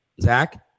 Zach